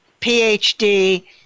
PhD